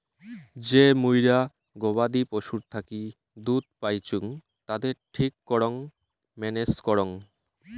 যে মুইরা গবাদি পশুর থাকি দুধ পাইচুঙ তাদের ঠিক করং ম্যানেজ করং